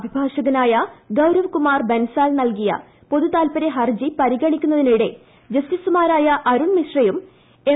അഭിഭാഷകനായ ഗൌരവ് കുമാർ ബൻസാൽ നൽകിയ പൊതുതാല്പര്യ ഹർജി പരിഗണിക്കുന്നതിനിടെ ജസ്റ്റിസുമാരായ അരുൺ മിശ്രയും എം